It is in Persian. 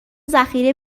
ذخیره